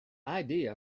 idea